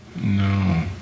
No